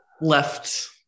left